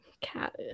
cat